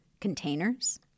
Containers